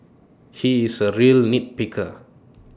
he is A real nitpicker